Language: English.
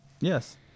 Yes